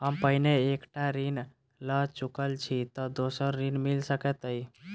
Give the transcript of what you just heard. हम पहिने एक टा ऋण लअ चुकल छी तऽ दोसर ऋण मिल सकैत अई?